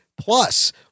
Plus